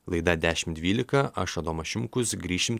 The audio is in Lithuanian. laida dešimt dvylika aš adomas šimkus grįšim